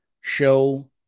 show